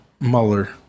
Mueller